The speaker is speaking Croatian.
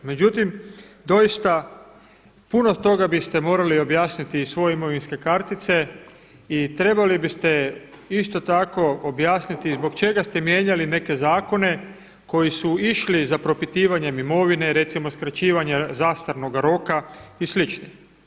Međutim, doista puno toga biste morali objasniti iz svoje imovinske kartice i trebali biste isto tako objasniti zbog čega ste mijenjali neke zakone koji su išli za propitivanjem imovine, recimo skraćivanje zastarnoga roka i slično.